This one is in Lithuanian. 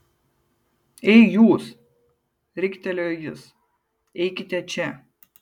ei jūs riktelėjo jis eikite čia